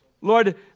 Lord